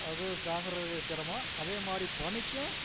அது தாங்குகிறதுக்கு சிரமம் அதேமாதிரி பனிக்கும்